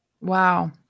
Wow